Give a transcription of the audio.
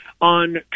on